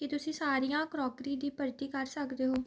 ਕੀ ਤੁਸੀਂ ਸਾਰੀਆਂ ਕਰੌਕਰੀ ਦੀ ਭਰਤੀ ਕਰ ਸਕਦੇ ਹੋ